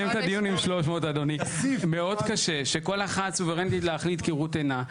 מאוד קשה שכל אחת סוברנית להחליט כראות עינה.